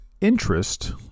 interest